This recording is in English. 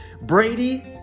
brady